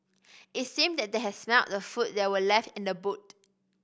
it seemed that they had smelt the food that were left in the boot